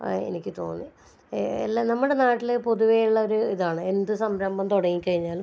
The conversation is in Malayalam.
എനിക്ക് തോന്നി എ എല്ലാം നമ്മുടെ നാട്ടിൽ പൊതുവേയുള്ള ഒരു ഇതാണ് എന്തു സംരംഭം തുടങ്ങി കഴിഞ്ഞാലും